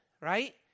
right